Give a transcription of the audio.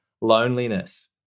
loneliness